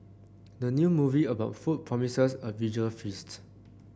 the new movie about food promises a visual feasts